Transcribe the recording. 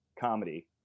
comedy